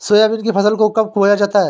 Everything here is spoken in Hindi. सोयाबीन की फसल को कब बोया जाता है?